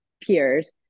peers